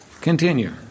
continue